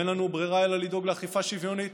ואין לנו ברירה אלא לדאוג לאכיפה שוויונית